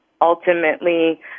ultimately